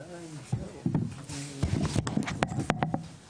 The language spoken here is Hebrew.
למשרד האוצר, למשרד